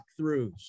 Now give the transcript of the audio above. walkthroughs